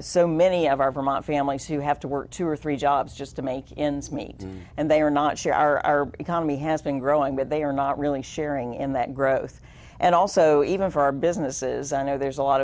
so many of our vermont for you have to work two or three jobs just to make ends meet and they are not sure our economy has been growing that they are not really sharing in that growth and also even for our businesses i know there's a lot